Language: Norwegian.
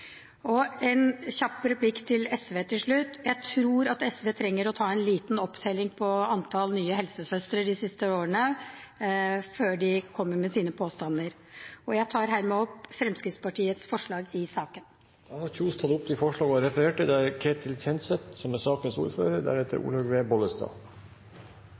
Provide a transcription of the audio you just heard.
Og en kjapp replikk til SV til slutt: Jeg tror at SV trenger å ta en liten opptelling på antall nye helsesøstre de siste årene før de kommer med sine påstander. Jeg tar hermed opp Fremskrittspartiets forslag i saken. Representanten Kari Kjønaas Kjos har tatt opp de forslagene hun refererte